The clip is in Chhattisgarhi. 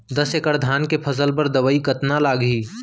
दस एकड़ धान के फसल बर दवई कतका लागही?